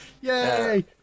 Yay